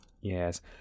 Yes